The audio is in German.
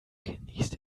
genießt